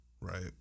Right